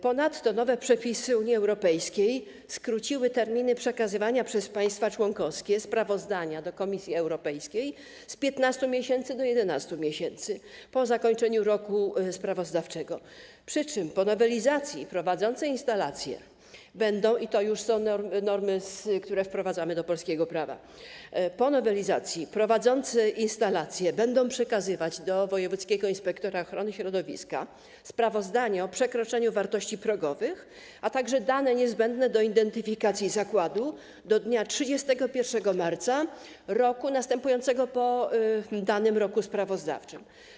Ponadto nowe przepisy Unii Europejskiej skróciły termin przekazywania przez państwa członkowskie sprawozdania do Komisji Europejskiej z 15 miesięcy do 11 miesięcy po zakończeniu roku sprawozdawczego, przy czym, po nowelizacji, prowadzący instalacje - i to są normy, które wprowadzamy do polskiego prawa - będą przekazywać do wojewódzkiego inspektora ochrony środowiska sprawozdanie o przekroczeniu wartości progowych, a także dane niezbędne do identyfikacji zakładu do dnia 31 marca roku następującego po danym roku sprawozdawczym.